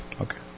Okay